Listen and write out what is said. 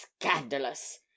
scandalous